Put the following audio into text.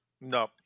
No